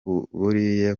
buriya